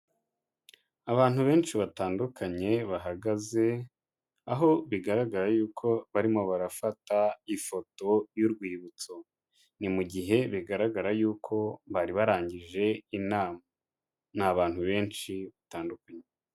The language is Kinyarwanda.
Abantu benshi batandukanye bahagaze, aho bigaragaraye y'uko barimo barafata ifoto y'urwibutso. Ni mu gihe bigaragara y'uko bari barangije inama, ni abantu benshi batandukanye.